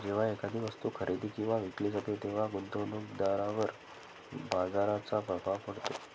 जेव्हा एखादी वस्तू खरेदी किंवा विकली जाते तेव्हा गुंतवणूकदारावर बाजाराचा प्रभाव पडतो